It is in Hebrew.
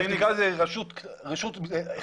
תקרא לזה רשות אחת,